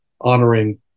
honoring